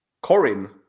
Corin